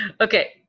Okay